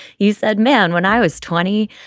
you said, man, when i was twenty,